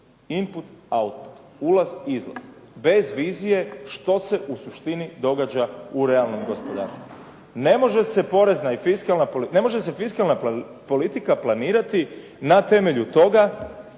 Input, output. Ulaz, izlaz. Bez vizije što se u suštini događa u realnom gospodarstvu. Ne može se porezna i fiskalna, ne može